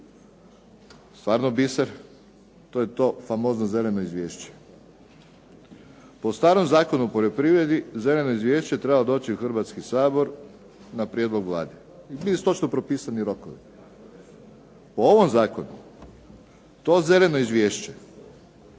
stvarno biser, to je to famozno „Zeleno izvješće“. Po Zakonu o poljoprivredi zeleno izvješće je trebalo doći u Hrvatski sabor na prijedlog Vlade, bili su točno propisani rokovi. Po ovom Zakonu to zeleno izvješće,